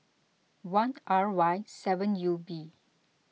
one R Y seven U B